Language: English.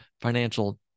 financial